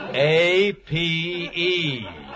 A-P-E